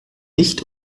nicht